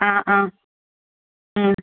ആ ആ ഉം